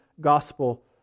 gospel